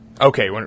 Okay